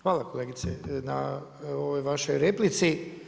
Hvala kolegice na ovoj vašoj replici.